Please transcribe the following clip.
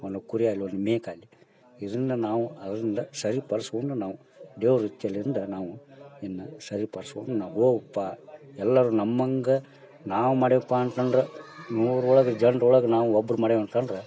ಒಂದು ಕುರಿ ಆಗ್ಲಿ ಒಂದು ಮೇಕೆ ಆಗ್ಲಿ ಇದರಿಂದ ನಾವು ಅದರಿಂದ ಸರಿಪಡಿಸ್ಕೊಂಡು ನಾವು ದೇವ್ರ ಇಚ್ಛೆಯಿಂದ ನಾವು ಇದನ್ನ ಸರಿಪಡ್ಸ್ಕೊಂಡು ನಾವು ಹೋಗ್ಬೇಕ್ಪ ಎಲ್ಲರೂ ನಮ್ಮಂಗೆ ನಾವು ಮಾಡಿವಪ್ಪ ಅಂತಂದ್ರೆ ನೂರು ಒಳಗೆ ಜನ್ರ ಒಳಗೆ ನಾವೂ ಒಬ್ಬರು ಮಾಡೇವೆ ಅಂತಂದ್ರೆ